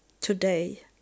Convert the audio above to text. today